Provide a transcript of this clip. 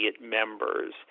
members